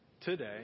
today